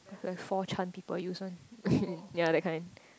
the four chant people use one ya that kind